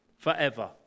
Forever